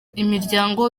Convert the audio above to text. imiryango